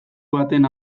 baten